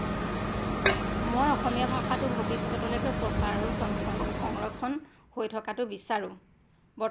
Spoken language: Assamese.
মই অসমীয়া ভাষাটো ভৱিষ্যতলৈকে প্ৰচাৰ আৰু সংক সংৰক্ষণ হৈ থকাটো বিচাৰোঁ